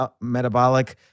metabolic